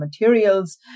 materials